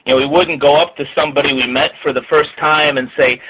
and we wouldn't go up to somebody we met for the first time and say,